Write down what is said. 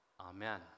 Amen